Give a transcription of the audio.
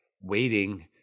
waiting